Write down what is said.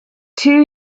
two